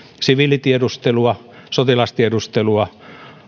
siviilitiedustelua sotilastiedustelua